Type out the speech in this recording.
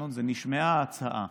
שנשמעה ההצעה,